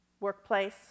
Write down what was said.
workplace